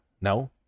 No